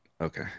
Okay